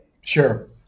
Sure